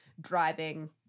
driving